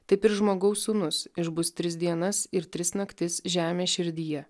taip ir žmogaus sūnus išbus tris dienas ir tris naktis žemės širdyje